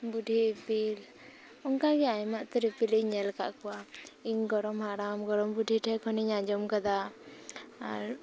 ᱵᱩᱰᱷᱤ ᱤᱯᱤᱞ ᱚᱱᱠᱟᱜᱮ ᱟᱭᱢᱟ ᱩᱛᱟᱹᱨ ᱤᱯᱤᱞᱤᱧ ᱧᱮᱞ ᱟᱠᱟᱫ ᱠᱚᱣᱟ ᱤᱧ ᱜᱚᱲᱚᱢ ᱦᱟᱲᱟᱢ ᱜᱚᱲᱚᱢ ᱵᱩᱰᱷᱤ ᱴᱷᱮᱱ ᱠᱷᱚᱱ ᱤᱧ ᱟᱡᱚᱢ ᱠᱟᱫᱟ ᱟᱨ